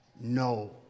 no